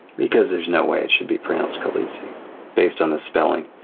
because there's no way it should be pronounced khaleesi based on the spelling.